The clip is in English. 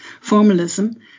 formalism